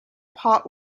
park